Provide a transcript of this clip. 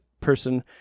person